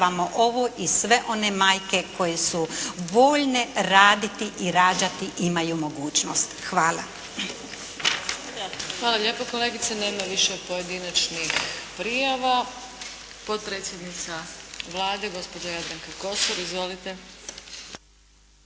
ovo i sve one majke koje su voljne raditi i rađati, imaju mogućnost. Hvala. **Adlešič, Đurđa (HSLS)** Hvala lijepo kolegice. Nema više pojedinačnih prijava. Potpredsjednica Vlade gospođa Jadranka Kosor, izvolite.